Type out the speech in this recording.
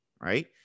right